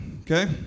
Okay